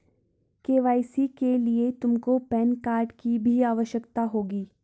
KYC के लिए तुमको पैन कार्ड की भी आवश्यकता होगी